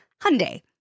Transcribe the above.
Hyundai